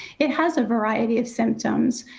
it has a variety of symptoms.